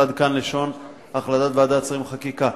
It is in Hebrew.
עד כאן לשון החלטת ועדת שרים לחקיקה.